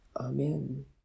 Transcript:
Amen